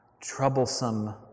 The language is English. troublesome